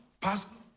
pass